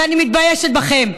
ואני מתביישת בכם.